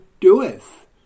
doeth